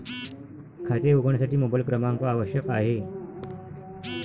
खाते उघडण्यासाठी मोबाइल क्रमांक आवश्यक आहे